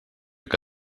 que